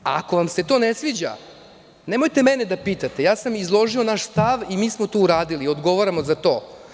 Ako vam se to ne sviđa, nemojte mene da pitate, ja sam izložio naš stav i mi smo to uradili, odgovaramo za to.